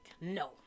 no